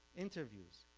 interviews,